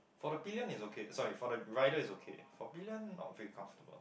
for the pillion is okay sorry for the rider is okay for pillion not very comfortable